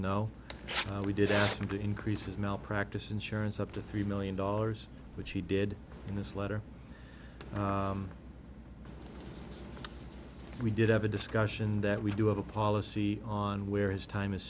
know we did ask them to increase his malpractise insurance up to three million dollars which he did in this letter we did have a discussion that we do have a policy on where his time is